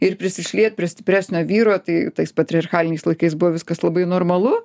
ir prisišliet prie stipresnio vyro tai tais patriarchaliniais laikais buvo viskas labai normalu